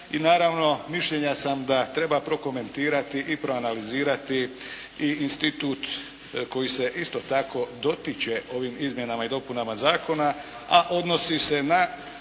i naravno, mišljenja sam da treba prokomentirati i proanalizirati i institut koji se isto tako dotiče ovim izmjenama i dopunama zakona, a odnosi se na